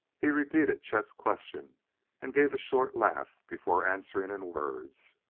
he repeated chet's question and gave a short laugh before answering in words.